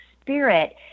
spirit